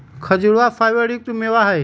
खजूरवा फाइबर युक्त मेवा हई